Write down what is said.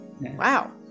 Wow